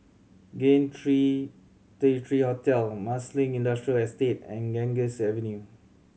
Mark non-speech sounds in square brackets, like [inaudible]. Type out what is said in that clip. [unintelligible] Raintr three Hotel Marsiling Industrial Estate and Ganges Avenue